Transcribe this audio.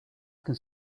can